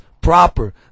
proper